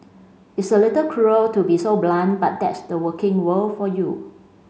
it's a little cruel to be so blunt but that's the working world for you